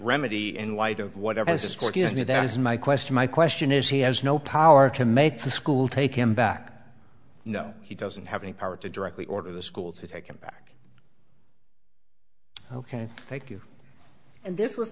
remedy in light of whatever has it's going to that is my question my question is he has no power to make the school take him back no he doesn't have any power to directly order the school to take him back ok thank you and this was